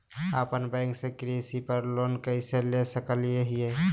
अपना बैंक से कृषि पर लोन कैसे ले सकअ हियई?